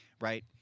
Right